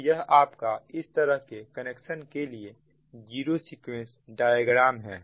तो यह आपका इस तरह के कनेक्शन के लिए जीरो सीक्वेंस डायग्राम है